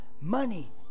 money